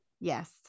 Yes